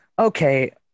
Okay